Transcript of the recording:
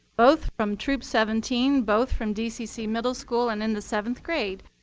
both from troop seventeen, both from dcc middle school and in the seventh grade.